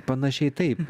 panašiai taip